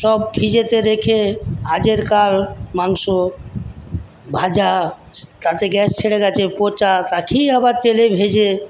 সব ফ্রিজেতে রেখে আজের কাল মাংস ভাজা তাতে গ্যাস ছেড়ে গেছে পচা তাকেই আবার তেলে ভেজে